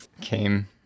Came